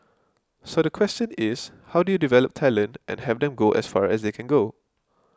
so the question is how do you develop talent and have them go as far as they can go